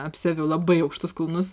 apsiaviau labai aukštus kulnus